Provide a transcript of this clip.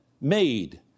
Made